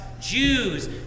Jews